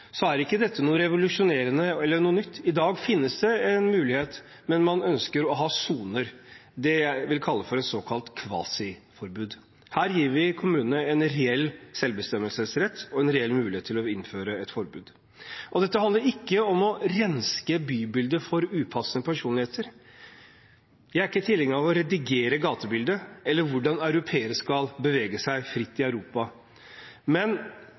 så mange innbyggere som Oslo. Når regjeringen nå åpner for at kommunene kan innføre tiggerforbud, er ikke dette noe revolusjonerende eller noe nytt. I dag finnes det en mulighet, men man ønsker å ha soner – det jeg vil kalle for et kvasiforbud. Her gir vi kommunene en reell selvbestemmelsesrett og en reell mulighet til å innføre et forbud. Dette handler ikke om å renske bybildet for upassende personligheter. Jeg er ikke tilhenger av å redigere gatebildet eller hvordan europeere skal bevege seg